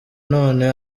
none